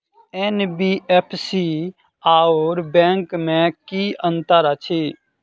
NBFC आओर bank मे की अंतर अछि?